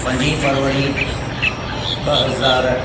पंजी फरवरी ॿ हज़ार